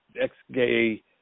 ex-gay